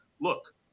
look